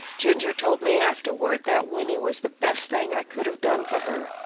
ginger told me afterward that whinny was the best thing i could have done for her,